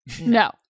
No